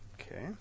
Okay